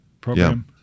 program